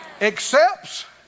accepts